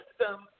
system